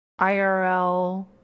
IRL